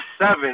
seven